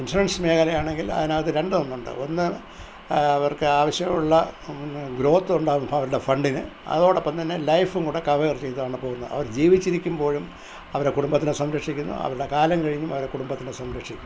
insurance മേഖലയാണെങ്കിൽ അതിനകത്ത് രണ്ട് ഒന്നുണ്ട് ഒന്ന് അവർക്ക് ആവശ്യമുള്ള ഗ്രോത്ത് ഉണ്ടാകും അവരുടെ ഫണ്ടിന് അതോടൊപ്പം തന്നെ ലൈഫും കൂടി കവേർ ചെയ്താണ് പോകുന്നത് അവർ ജീവിച്ചിരിക്കുമ്പോഴും അവരെ കുടുംബത്തിനെ സംരക്ഷിക്കുന്നു അവരുടെ കാലം കഴിഞ്ഞും അവരെ കുടുംബത്തിനെ സംരക്ഷിക്കും